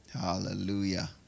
Hallelujah